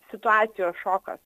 situacijos šokas